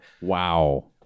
Wow